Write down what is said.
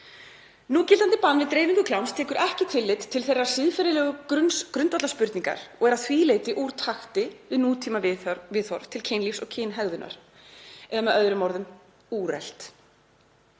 Núgildandi bann við dreifingu kláms tekur ekki tillit til þeirrar siðferðislegu grundvallarspurningar og er að því leyti úr takti við nútímaviðhorf til kynlífs og kynhegðunar, eða með öðrum orðum úrelt.